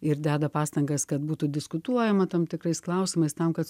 ir deda pastangas kad būtų diskutuojama tam tikrais klausimais tam kad